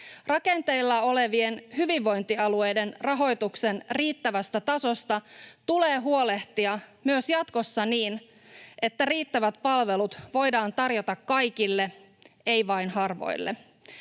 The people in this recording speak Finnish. Rakenteilla olevien hyvinvointialueiden rahoituksen riittävästä tasosta tulee huolehtia myös jatkossa, niin että riittävät palvelut voidaan tarjota kaikille, ei vain harvoille.